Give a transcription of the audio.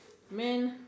man